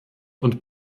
und